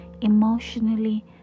emotionally